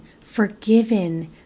forgiven